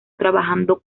trabajando